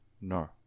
No